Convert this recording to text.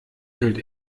hält